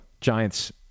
Giants